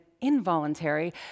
involuntary